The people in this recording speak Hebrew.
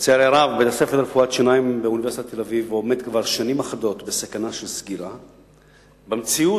הצעה לסדר-היום שמספרה 3223. בבקשה,